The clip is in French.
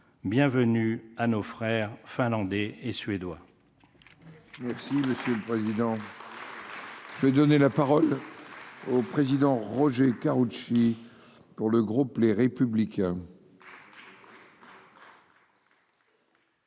bienvenue à nos frères finlandais et suédois. Merci monsieur le président. Je vais donner la parole oh. Président Roger Karoutchi pour le groupe Les Républicains.